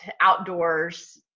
outdoors